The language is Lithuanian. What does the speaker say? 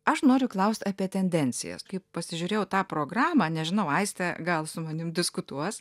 aš noriu klaust apie tendencijas kaip pasižiūrėjau tą programą nežinau aistė gal su manim diskutuos